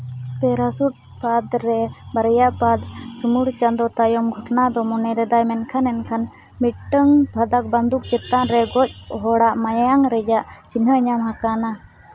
parachute ᱯᱷᱟᱹᱫᱨᱮ ᱵᱟᱨᱭᱟ ᱯᱷᱟᱹᱫ ᱥᱩᱢᱩᱝ ᱪᱟᱸᱫᱳ ᱛᱟᱭᱚᱢ ᱜᱷᱚᱴᱱᱟ ᱫᱚ ᱢᱚᱱᱮ ᱞᱮᱫᱟᱭ ᱢᱮᱱᱠᱷᱟᱱ ᱢᱤᱫᱴᱟᱹᱝ ᱯᱷᱟᱹᱫᱟᱜ ᱵᱟᱸᱫᱷᱩᱠ ᱪᱮᱛᱟᱱ ᱨᱮ ᱜᱚᱡ ᱦᱚᱲᱟᱜ ᱢᱟᱭᱟᱝ ᱨᱮᱭᱟᱜ ᱪᱤᱱᱦᱟᱹ ᱧᱟᱢ ᱟᱠᱟᱱᱟ